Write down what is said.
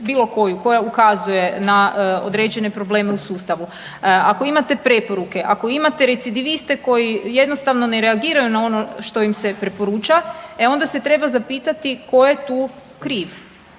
bilo koju koja ukazuje na određene probleme u sustavu, ako imate preporuke, ako imate recidiviste koji jednostavno ne reagiraju na ono što im se preporuča e onda se treba zapitati tko je tu kriv.